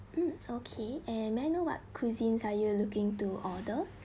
mm okay and may i know what cuisines are you looking to order